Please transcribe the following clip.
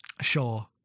Sure